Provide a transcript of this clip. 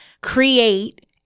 create